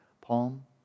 palm